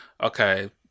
okay